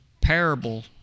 parable